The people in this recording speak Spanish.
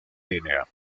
línea